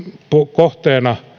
kohteena